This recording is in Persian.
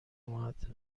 اومد